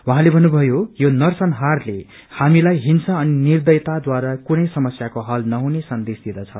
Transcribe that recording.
उहाँले भन्नुभयो यो नरसंहारले हामीलाई हिंसा अनि निद्रयताद्वारा कुनै समस्याको हल नहुने सन्देश दिँदछ